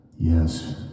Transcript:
Yes